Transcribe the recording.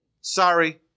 Sorry